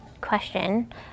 question